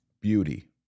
beauty